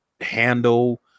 handle